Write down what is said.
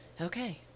Okay